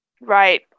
right